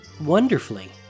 wonderfully